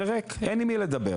זה ריק, אין עם מי לדבר.